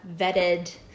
vetted